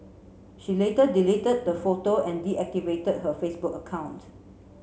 she later deleted the photo and deactivated her Facebook account